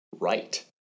right